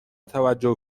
توجه